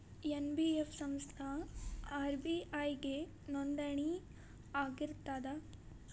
NBF ಸಂಸ್ಥಾ RBI ಗೆ ನೋಂದಣಿ ಆಗಿರ್ತದಾ?